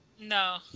No